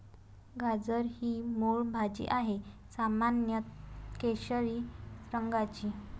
गाजर ही मूळ भाजी आहे, सामान्यत केशरी रंगाची